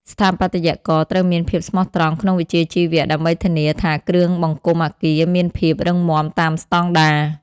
ស្ថាបត្យករត្រូវមានភាពស្មោះត្រង់ក្នុងវិជ្ជាជីវៈ ដើម្បីធានាថាគ្រឿងបង្គុំអគារមានភាពរឹងមាំតាមស្តង់ដារ។